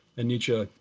and nietzsche,